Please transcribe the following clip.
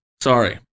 Sorry